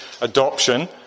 Adoption